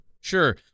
Sure